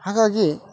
ಹಾಗಾಗಿ